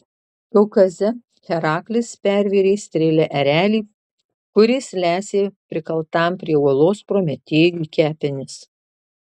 kaukaze heraklis pervėrė strėle erelį kuris lesė prikaltam prie uolos prometėjui kepenis